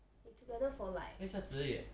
they together for like